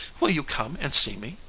will you come and see me?